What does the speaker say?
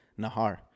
Nahar